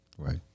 Right